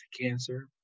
cancer